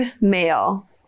male